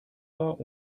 war